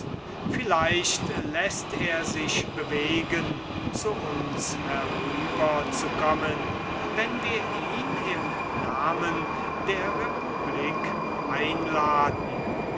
vielleicht läßt er sich bewegen zu uns herüber zu kommen wenn wir ihn im namen der republik einladen